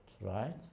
right